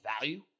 value